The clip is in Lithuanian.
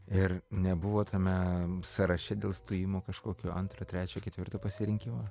ir nebuvo tame sąraše dėl stojimo kažkokio antro trečio ketvirto pasirinkimo